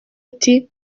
ati